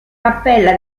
cappella